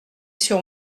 sur